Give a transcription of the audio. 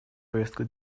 повестка